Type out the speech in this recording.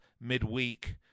midweek